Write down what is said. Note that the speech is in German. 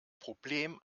problem